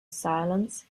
silence